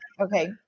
Okay